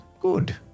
Good